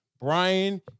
Brian